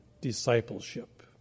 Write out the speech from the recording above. discipleship